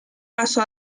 paso